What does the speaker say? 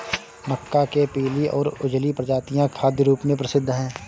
मक्का के पीली और उजली प्रजातियां खाद्य रूप में प्रसिद्ध हैं